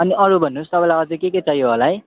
अनि अरू भन्नुहोस् तपाईँलाई अझै के के चाहियो होला है